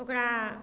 ओकरा